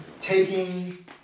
taking